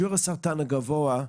ימשיך שיעור הסרטן הגבוה,